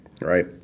right